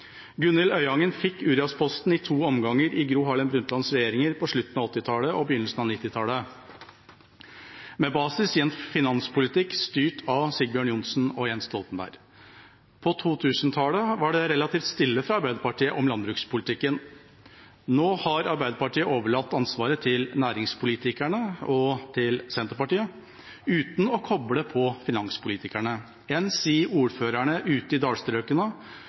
Øyangen fikk uriasposten i to omganger i Gro Harlem Brundtlands regjeringer på slutten av 1980-tallet og begynnelsen av 1990-tallet med basis i en finanspolitikk styrt av Sigbjørn Johnsen og Jens Stoltenberg. På 2000-tallet var det relativt stille fra Arbeiderpartiet om landbrukspolitikken. Nå har Arbeiderpartiet overlatt ansvaret til næringspolitikerne og til Senterpartiet uten å koble på finanspolitikerne, enn si ordførerne ute i dalstrøkene,